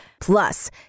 plus